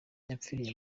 yapfiriye